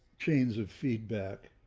chains of feedback,